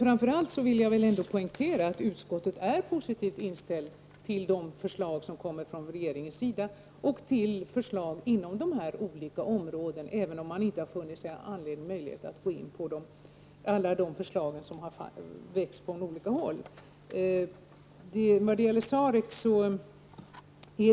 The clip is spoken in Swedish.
Framför allt vill jag poängtera att utskottet är positivt inställt till de förslag som regeringen har lagt fram och till förslag inom olika områden kring forskning om fredsoch säkerhetspolitiken, även om det inte har funnits möjligheter att stödja alla de förslag som har lagts fram från olika håll.